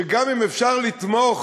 שגם אם אפשר לתמוך